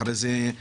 אחרי זה נפסיק,